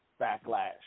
backlash